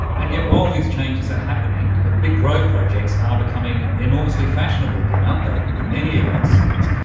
and yet while these changes are happening, ah big road projects are becoming enormously fashionable again, aren't they, and in many of our cities.